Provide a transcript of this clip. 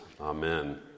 Amen